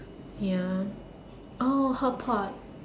ya oh hotpot